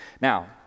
Now